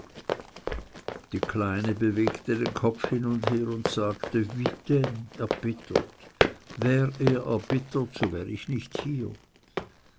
die kleine bewegte den kopf hin und her und sagte wie denn erbittert wär er erbittert so wär ich nicht hier